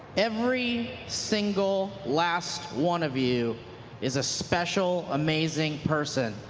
every single last one of you is a special amazing person,